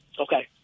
Okay